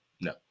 No